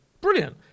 brilliant